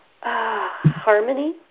harmony